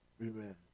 Amen